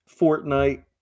Fortnite